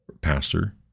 pastor